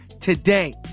today